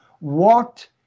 walked